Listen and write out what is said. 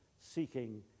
seeking